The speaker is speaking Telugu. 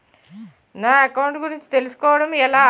నా అకౌంట్ గురించి తెలుసు కోవడం ఎలా?